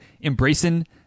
embracing